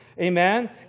Amen